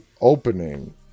opening